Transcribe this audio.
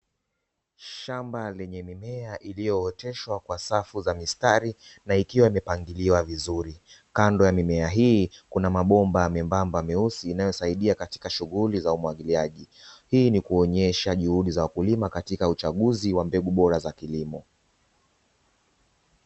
Shamba lenye mimea iliyooteshwa kwa safu mistari na ikiwa imepangiliwa vizuri, kando ya mimea hii kuna mabomba membamba meusi inayosaidia katika shughuli za umwagiliaji hii ni kuonyesha juhudi za wakulima katika uchaguzi wa mbegu bora za kilimo.